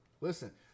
Listen